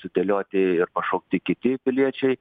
sudėlioti ir pašaukti piliečiai